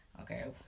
okay